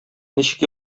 ничек